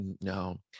No